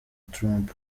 trump